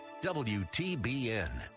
WTBN